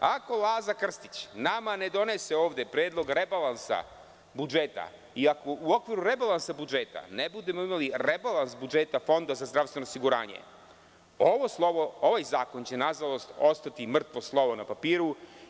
Ako Laza Krstić nama ne donese ovde predlog rebalansa budžeta, iako u okviru rebalansa budžeta ne budemo imali rebalans budžeta Fonda za zdravstveno osiguranje ovaj zakon će nažalost, ostati mrtvo slovo na papiru.